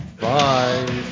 bye